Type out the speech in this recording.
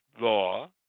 Law